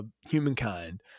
humankind